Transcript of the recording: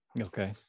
okay